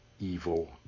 evil